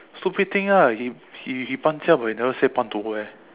stupid thing ah he he 搬家 but never say 搬 to where